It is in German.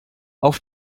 auf